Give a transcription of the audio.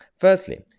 firstly